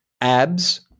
Abs